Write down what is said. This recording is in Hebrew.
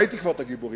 ראיתי כבר את הגיבורים.